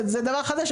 זה דבר חדש,